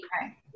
right